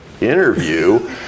interview